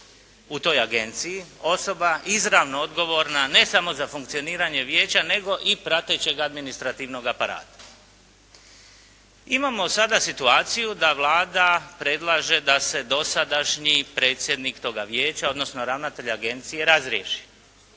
u toj Agenciji, osoba izravno odgovorna ne samo za funkcioniranje Vijeća nego i pratećeg administrativnog aparata. Imamo sada situaciju da Vlada predlaže da se dosadašnji predsjednik toga Vijeća, odnosno ravnatelj agencije razriješi.